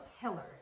pillar